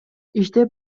иштеп